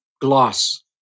gloss